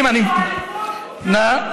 תודה.